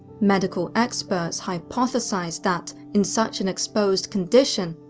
medical experts hypothesised that, in such an exposed condition,